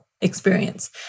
experience